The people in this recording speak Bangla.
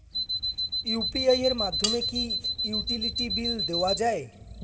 ইউ.পি.আই এর মাধ্যমে কি ইউটিলিটি বিল দেওয়া যায়?